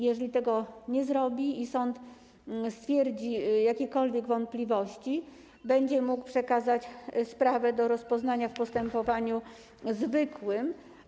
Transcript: Jeżeli tego nie zrobi i sąd stwierdzi jakiekolwiek wątpliwości, będzie mógł on przekazać sprawę do rozpoznania w postępowaniu zwykłym.